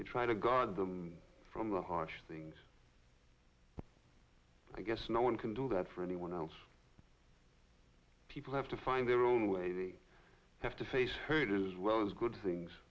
they try to guard them from the harsh things i guess no one can do that for anyone else people have to find their own way they have to face her it is well it's good things